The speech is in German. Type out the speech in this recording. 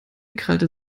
krallte